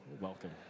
welcome